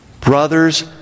Brothers